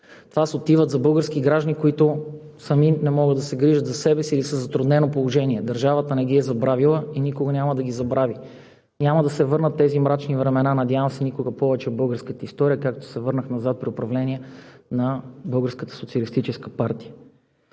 Те отиват за български граждани, които сами не могат да се грижат за себе си или са в затруднено положение. Държавата не ги е забравила и никога няма да ги забрави. Няма да се върнат тези мрачни времена, надявам се никога повече, в българската история, както се върнаха назад при управление на